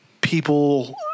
people